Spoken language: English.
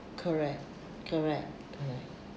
correct correct ya